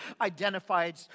identified